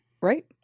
Right